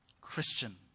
Christian